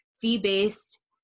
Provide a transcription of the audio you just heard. fee-based